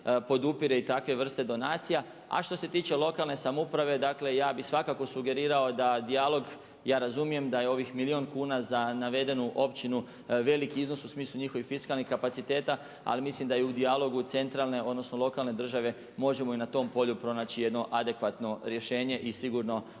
podupire i takve vrste donacija, a što se tiče lokalne samouprave dakle, ja bih svakako sugerirao da dijalog, ja razumijem da je ovih milijun kuna za navedenu općinu veliki iznos u smislu njihovih fiskalnih kapaciteta, ali mislim da i u dijalogu, centralne, odnosno lokalne države možemo i na tom polju pronaći jedno adekvatno rješenje i sigurno